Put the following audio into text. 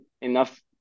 enough